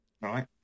right